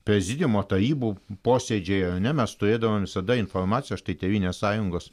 prezidiumo tarybų posėdžiai ar ne mes turėdavom visada informaciją o štai tėvynės sąjungos